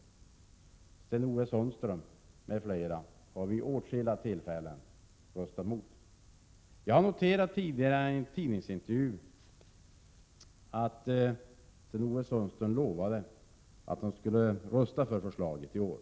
Sten-Ove Sundström m.fl. har vid åtskilliga tillfällen röstat mot förslaget. Av en tidningsintervju framgår att Sten-Ove Sundström har lovat att rösta för förslaget i år.